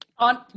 on